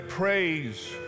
Praise